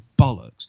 bollocks